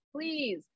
please